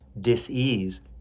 dis-ease